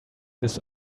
this